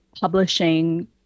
publishing